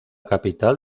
capital